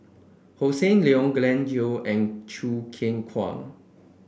Hossan Leong Glen Goei and Choo Keng Kwang